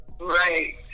Right